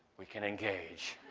we can engage.